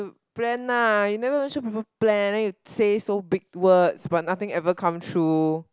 plan lah you never even show people plan then you say so big words but nothing ever come true